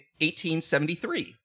1873